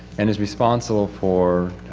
and is responsible for,